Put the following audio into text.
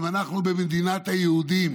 אם אנחנו במדינת היהודים